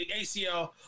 ACL